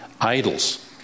idols